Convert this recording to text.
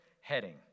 heading